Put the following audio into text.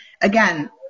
again